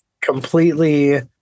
completely